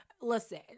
listen